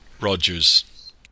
Rogers